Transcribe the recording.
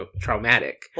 traumatic